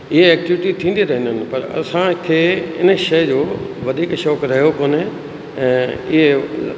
इहे एक्टीविटी थींदी रहंदियूं आहिनि पर असांखे इन शइ जो वधीक शौक़ु रहियो कोन्हे ऐं इहे